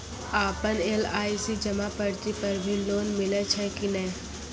आपन एल.आई.सी जमा पर्ची पर भी लोन मिलै छै कि नै?